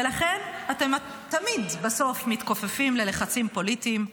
ולכן אתם תמיד מתכופפים בסוף ללחצים פוליטיים,